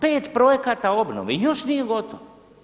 5 projekata obnove i još nije gotovo.